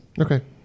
Okay